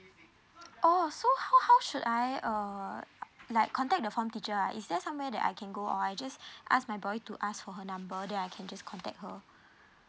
oh so how how should I err like contact the form teacher ah is there somewhere that I can go or I just ask my boy to ask for her number then I can just contact her